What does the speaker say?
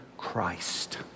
Christ